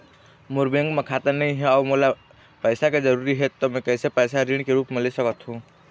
मोर bank म खाता नई हे अउ मोला पैसा के जरूरी हे त मे कैसे पैसा ऋण के रूप म ले सकत हो?